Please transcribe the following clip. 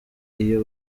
iyo